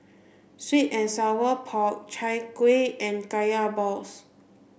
sweet and sour pork Chai Kueh and Kaya balls